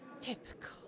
Typical